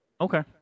Okay